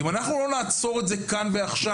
אם אנחנו לא נעצור את זה כאן עכשיו,